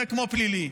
זה כמו פלילי.